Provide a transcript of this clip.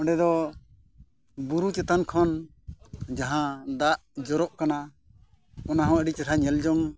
ᱚᱸᱰᱮᱫᱚ ᱵᱩᱨᱩ ᱪᱮᱛᱟᱱ ᱠᱷᱚᱱ ᱡᱟᱦᱟᱸ ᱫᱟᱜ ᱡᱚᱨᱚᱜ ᱠᱟᱱᱟ ᱚᱱᱟᱦᱚᱸ ᱟᱹᱰᱤ ᱪᱮᱦᱨᱟ ᱧᱮᱞ ᱡᱚᱝ